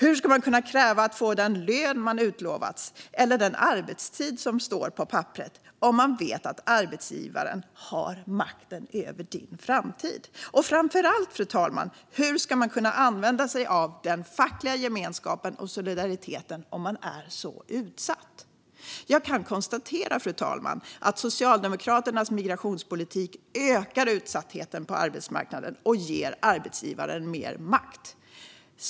Hur ska man kunna kräva att få den lön man utlovats eller den arbetstid som står på papperet om man vet att arbetsgivaren har makten över ens framtid? Och framför allt, hur ska man kunna använda sig av den fackliga gemenskapen och solidariteten om man är så utsatt? Fru talman! Jag kan konstatera att Socialdemokraternas migrationspolitik ökar utsattheten på arbetsmarknaden och ger arbetsgivarna mer makt.